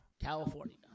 California